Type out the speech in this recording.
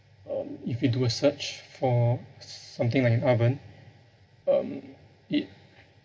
um if you do a search for something like oven um it